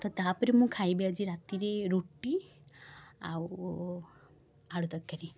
ତ ତା'ପରେ ମୁଁ ଖାଇବି ଆଜି ରାତିରେ ରୁଟି ଆଉ ଆଳୁ ତରକାରୀ